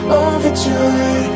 overjoyed